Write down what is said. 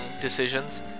decisions